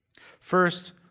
First